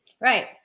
Right